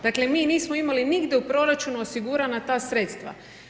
Dakle, mi nismo imali nigdje u proračunu osigurana ta sredstva.